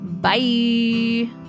Bye